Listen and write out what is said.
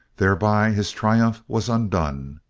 thereby his triumph was undone!